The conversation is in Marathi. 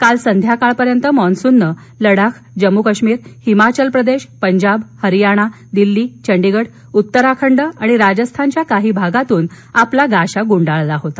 काल संध्याकाळपर्यंत मान्सूननं लडाख जम्मू काश्मिर हिमाचल प्रदेश पंजाब हरियाणा दिल्ली चंडीगड उत्तराखंड आणि राजस्थानाच्या काही भागातून आपला गाशा गुंडाळला होता